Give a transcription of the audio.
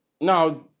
Now